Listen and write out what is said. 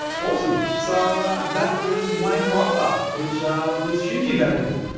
awesome. so that was wayne breitbarth, which was hugely valuable.